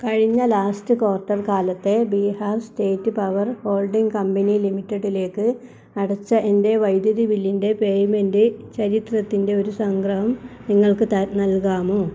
കഴിഞ്ഞ last quarter കാലത്തെ Bihar state power holding company ലിമിറ്റഡിലേക്ക് അടച്ച എൻ്റെ വൈദ്യുതി ബില്ലിൻ്റെ പേയ്മെൻ്റ് ചരിത്രത്തിൻ്റെ ഒരു സംഗ്രഹം നിങ്ങൾക്കു നൽകാമോ